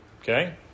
okay